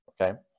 okay